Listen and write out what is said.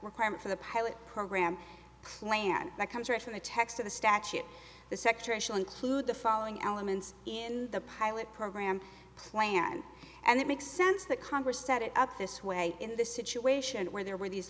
requirement for the pilot program plan that comes from the text of the statute the sector actual include the following elements in the pilot program plan and it makes sense that congress set it up this way in the situation where there were these